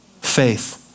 Faith